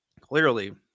clearly